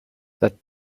that